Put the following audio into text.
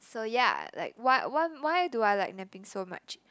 so ya like wha~ why why why do I like napping so much